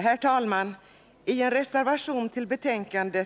Herr talman! I en reservation till socialförsäkringsutskottets betänkande